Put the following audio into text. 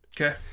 Okay